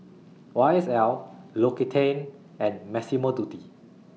Y S L L'Occitane and Massimo Dutti